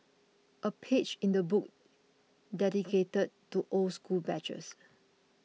a page in the book dedicated to old school badges